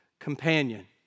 Companion